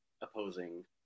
opposing